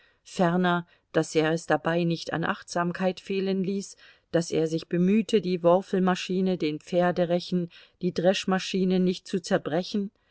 ferner daß er es dabei nicht an achtsamkeit fehlen ließ daß er sich bemühte die worfelmaschine den pferderechen die dreschmaschine nicht zu zerbrechen